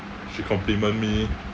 she compliment me